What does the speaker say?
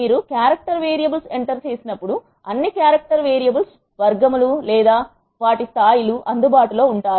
మీరు character variables enter చేసినప్పుడు అన్ని క్యారెక్టర్ వేరియబుల్స్ వర్గములు లేదా స్థాయి లు అందుబాటులో ఉంటాయి